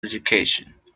education